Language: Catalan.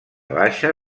baixa